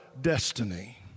destiny